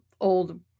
old